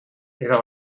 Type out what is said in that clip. era